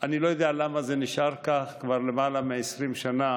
אני לא יודע למה זה נשאר כך כבר למעלה מ-20 שנה,